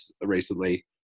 recently